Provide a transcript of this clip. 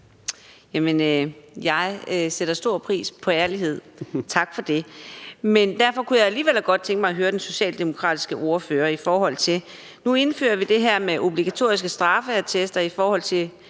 jeg sætter stor pris på ærlighed – tak for det. Men derfor kunne jeg alligevel godt tænke mig at høre den socialdemokratiske ordfører: Nu indfører vi det her med obligatoriske straffeattester på de